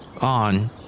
on